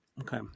okay